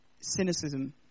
cynicism